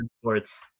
sports